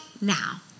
now